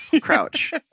Crouch